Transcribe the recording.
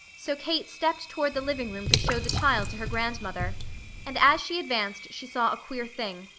so kate stepped toward the living room to show the child to her grandmother and as she advanced she saw a queer thing.